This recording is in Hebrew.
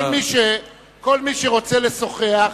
כל מי שרוצה לשוחח,